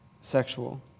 sexual